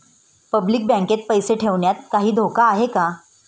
Public बँकेत पैसे ठेवण्यात काही धोका आहे का?